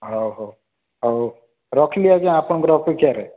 ହ ହଉ ହଉ ରଖିଲି ଆଜ୍ଞା ଆପଣଙ୍କର ଅପେକ୍ଷାରେ